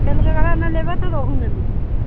bell घघरा ना लेबे तो रोहू ना मिली